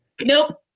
Nope